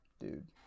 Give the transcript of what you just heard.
Dude